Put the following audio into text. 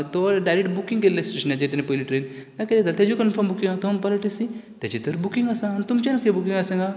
तोवर direct booking केल्ली स्टेशनाचेर तेणीं पयलीं ट्रेन दाखयता तेजें कनफर्म बुकिंग आसा तो म्हणपाक लागलो टिसी तेजें तर बुकींग आसा आनी तुमचेंय बुकींग आसा हांगा